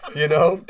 you know?